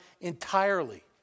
entirely